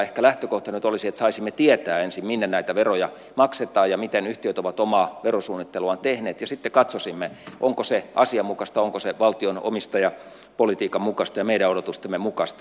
ehkä lähtökohta nyt olisi että saisimme tietää ensin minne näitä veroja maksetaan ja miten yhtiöt ovat omaa verosuunnitteluaan tehneet ja sitten katsoisimme onko se asianmukaista onko se valtion omistajapolitiikan mukaista ja meidän odotustemme mukaista